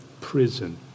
prison